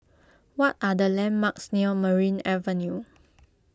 what are the landmarks near Merryn Avenue